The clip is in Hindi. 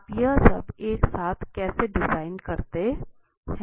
आप यह सब एक साथ कैसे डिजाइन करते हैं